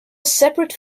separate